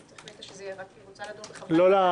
אלינו.